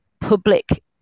public